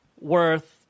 worth